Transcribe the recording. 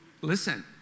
listen